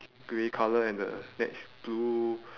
grey colour and the net's blue